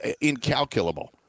incalculable